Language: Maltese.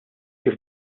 kif